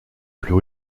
plus